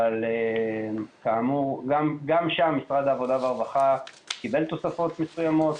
אבל כאמור גם שם משרד העבודה והרווחה קיבל תוספות מסוימות.